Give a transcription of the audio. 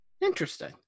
Interesting